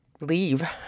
leave